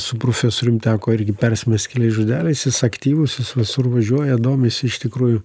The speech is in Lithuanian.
su profesorium teko irgi persimest keliais žodeliais jis aktyvus jis visur važiuoja domisi iš tikrųjų